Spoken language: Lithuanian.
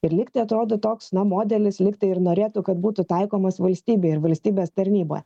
ir lygtai atrodo toks na modelis lygtai ir norėtų kad būtų taikomas valstybėj ir valstybės tarnyboj